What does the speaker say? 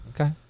Okay